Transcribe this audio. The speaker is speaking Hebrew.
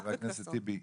חבר הכנסת טיבי,